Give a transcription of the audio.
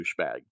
douchebag